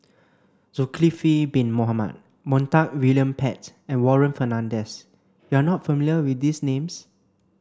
Zulkifli bin Mohamed Montague William Pett and Warren Fernandez you are not familiar with these names